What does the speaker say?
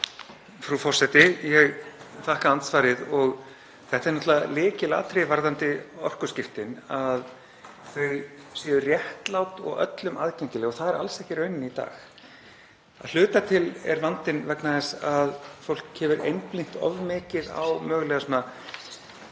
Frú forseti. Ég þakka andsvarið. Það er náttúrlega lykilatriði varðandi orkuskiptin að þau séu réttlát og öllum aðgengileg og sú er alls ekki raunin í dag. Að hluta til er vandinn vegna þess að fólk hefur mögulega einblínt of mikið á dýrasta